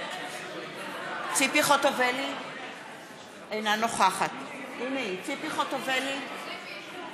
נגד אורן אסף חזן, נגד דב חנין,